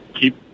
keep